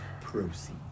proceed